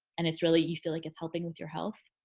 and it's really you feel like it's helping with your health,